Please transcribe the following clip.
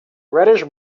reddish